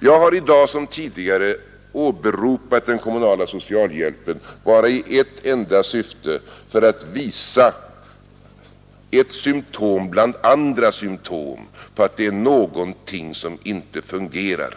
Jag har i dag som tidigare åberopat den kommunala socialhjälpen bara i ett enda syfte, nämligen för att visa ett symtom bland andra symtom på att det är någonting som inte fungerar.